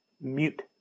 mute